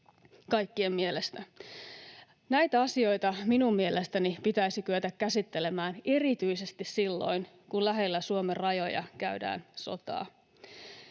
kaikkien mielestä? Näitä asioita minun mielestäni pitäisi kyetä käsittelemään erityisesti silloin, kun lähellä Suomen rajoja käydään sotaa.